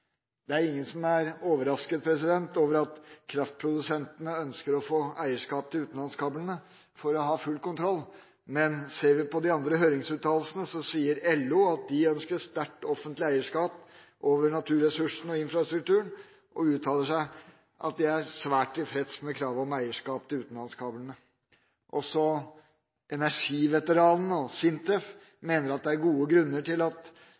Det er ingen som er overrasket over at kraftprodusentene ønsker å få eierskap til utenlandskablene for å ha full kontroll. Men ser vi på de andre høringsuttalelsene, ser vi at LO ønsker et sterkt offentlig eierskap over naturressursene og infrastrukturen, og de uttaler at de er svært tilfreds med kravet om eierskap til utenlandskablene. Også Energiveteranene og SINTEF mener det er gode grunner til